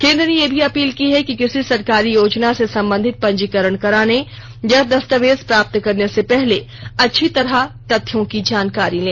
केंद्र ने यह भी अपील की है कि किसी सरकारी योजना से संबंधित पंजीकरण कराने या दस्तावेज प्राप्त करने से पहले अच्छी तरह तथ्यों की जानकारी लें